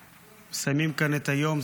מסיימים כאן את היום,